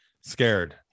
scared